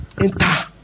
Enter